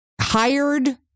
hired